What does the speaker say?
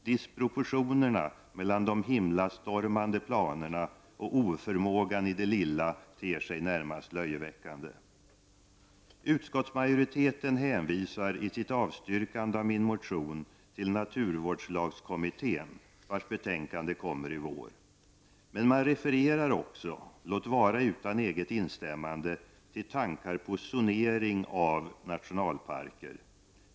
Disproportionerna mellan de himlastormande planerna och oförmågan i det lilla ter sig närmast löjeväckande. Utskottsmajoriteten hänvisar i sitt avstyrkande av min motion till naturvårdslagsutredningen, vars betänkande kommer i vår. Men man refererar också, låt vara utan eget instämmande, till tankar på zonering av nationalparker.